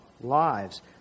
lives